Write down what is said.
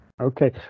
Okay